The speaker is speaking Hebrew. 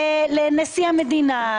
לנשיא המדינה,